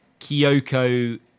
Kyoko